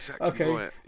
Okay